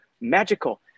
magical